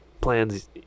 Plans